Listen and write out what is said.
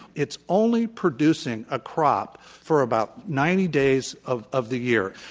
it's only producing a crop for about ninety days of of the year.